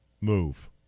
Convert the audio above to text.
move